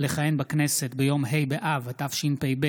לכהן בכנסת ביום ה' באב התשפ"ב,